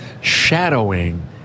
shadowing